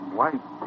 white